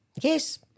Yes